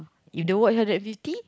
if don't award her that fifty